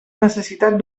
necessitat